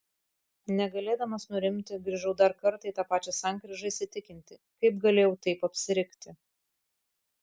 negalėdamas nurimti grįžau dar kartą į tą pačią sankryžą įsitikinti kaip galėjau taip apsirikti